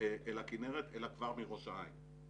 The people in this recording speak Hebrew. אל הכנרת אלא כבר מראש העין,